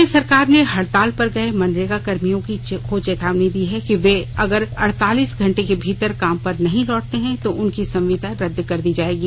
राज्य सरकार ने हड़ताल पर गये मनरेगाकर्मियों को चेतावनी दी है कि वे अगर अड़तालीस घंटे के भीतर काम पर नहीं लौटते हैं तो उनकी संविदा रद्द कर दी जायेगी